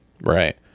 Right